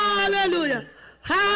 Hallelujah